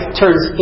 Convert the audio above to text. turns